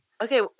okay